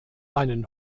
einen